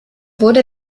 wurde